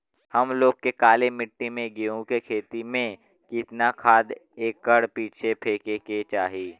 हम लोग के काली मिट्टी में गेहूँ के खेती में कितना खाद एकड़ पीछे फेके के चाही?